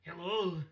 Hello